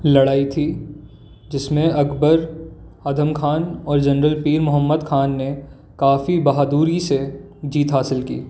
लड़ाई थी जिसमें अकबर अदम ख़ान और जनरल पीर मोहम्मद ख़ान ने काफ़ी बहादुरी से जीत हासिल की